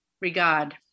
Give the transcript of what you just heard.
regard